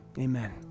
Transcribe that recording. amen